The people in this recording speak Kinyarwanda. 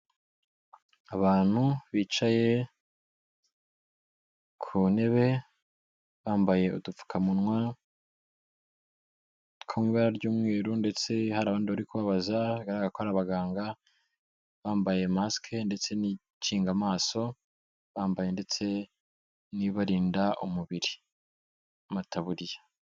Abantu bicaye ku ntebe, bambaye udupfukamunwa tw'ibara ry'umweru ndetse hari abandi bari kubabaza bigaragara ko ari abaganga, bambaye masike ndetse n'ikinga amaso, bambaye ndetse n'ibibarinda umubiri amataburiya.